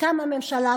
קמה ממשלה,